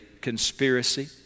conspiracy